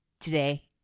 Today